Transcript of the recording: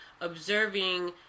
observing